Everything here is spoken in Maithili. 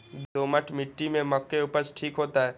दोमट मिट्टी में मक्के उपज ठीक होते?